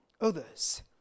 others